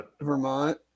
Vermont